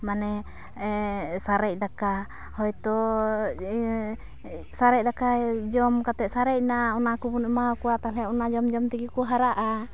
ᱢᱟᱱᱮ ᱥᱟᱨᱮᱪ ᱫᱟᱠᱟ ᱦᱚᱭᱛᱚ ᱥᱟᱨᱮᱪ ᱫᱟᱠᱟ ᱡᱚᱢ ᱠᱟᱛᱮᱫ ᱥᱟᱨᱮᱪ ᱮᱱᱟ ᱚᱱᱟᱠᱚᱵᱚᱱ ᱮᱢᱟᱣᱟᱠᱚᱣᱟ ᱛᱟᱦᱚᱞᱮ ᱚᱱᱟ ᱡᱚᱢ ᱡᱚᱢᱛᱮᱜᱮ ᱠᱚ ᱦᱟᱨᱟᱜᱼᱟ